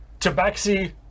Tabaxi